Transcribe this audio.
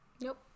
nope